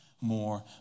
more